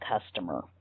customer